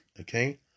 Okay